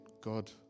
God